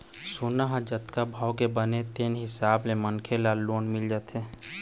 सोना ह जतका भाव के बनथे तेन हिसाब ले मनखे ल लोन मिल जाथे